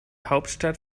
hauptstadt